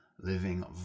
living